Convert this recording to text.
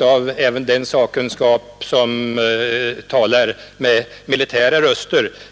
av även den sakkunskap som talar med militära röster.